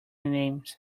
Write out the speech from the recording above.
names